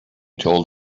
told